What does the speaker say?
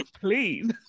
please